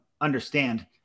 understand